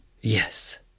Yes